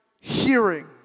hearing